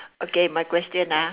okay my question ah